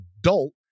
adult